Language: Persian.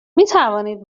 مینوانید